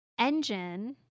engine